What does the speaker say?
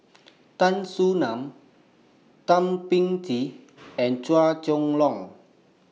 Tan Soo NAN Thum Ping Tjin and Chua Chong Long